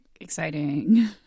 exciting